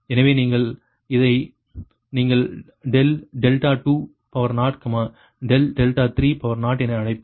எனவே நீங்கள் இதை நீங்கள் ∆20 ∆30 என அழைப்பது